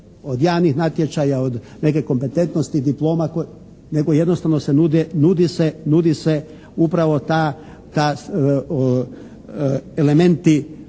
od javnih natječaja, od neke kompetentnosti, diploma, nego jednostavno se nude, nudi se upravo ta elementi